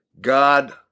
God